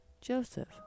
joseph